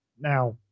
Now